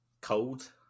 cold